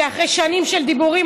כי אחרי שנים של דיבורים,